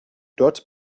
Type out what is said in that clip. dort